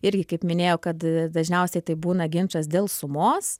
irgi kaip minėjau kad dažniausiai tai būna ginčas dėl sumos